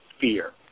fear